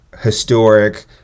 historic